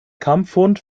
kampfhund